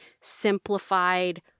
simplified